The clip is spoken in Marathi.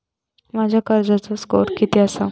माझ्या कर्जाचो स्कोअर किती आसा?